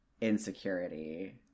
insecurity